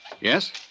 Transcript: Yes